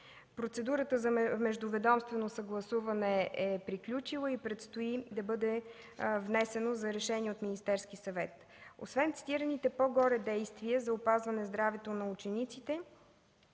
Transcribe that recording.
Процедурата за междуведомствено съгласуване е приключила и предстои да бъде внесен за решение от Министерския съвет. Освен цитираните по-горе действия за опазване здравето на учениците,